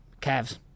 Cavs